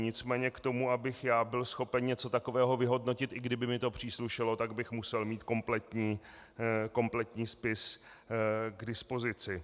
Nicméně k tomu, abych já byl schopen něco takového vyhodnotit, i kdyby mi to příslušelo, bych musel mít kompletní spis k dispozici.